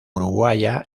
uruguaya